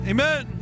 Amen